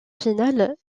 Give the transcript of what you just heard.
finale